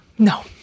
No